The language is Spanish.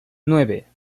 nueve